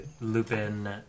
Lupin